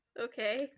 Okay